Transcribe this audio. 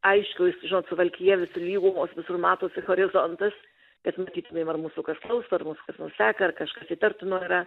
aiškius žinot suvalkija visur lygumos visur matosi horizontas kad matytumėm ar mūsų kas klauso ar mus kas nors seka ar kažkas įtartino yra